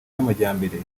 y’amajyambere